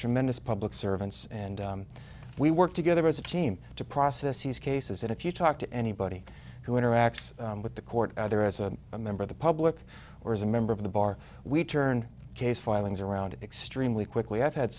tremendous public servants and we work together as a team to process these cases and if you talk to anybody who interacts with the court either as a member of the public or as a member of the bar we turn case filings around extremely quickly i've had